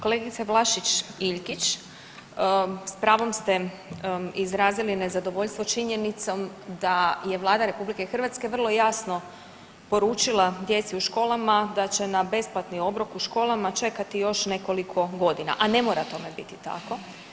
Kolegice Vlašić Iljkić, s pravom ste izrazili nezadovoljstvo činjenicom da je Vlada RH vrlo jasno poručila djeci u školama da će na besplatni obrok u školama čekati još nekoliko godina, a ne mora tome biti tako.